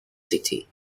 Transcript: city